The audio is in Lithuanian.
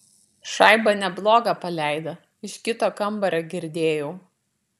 šaibą neblogą paleido iš kito kambario girdėjau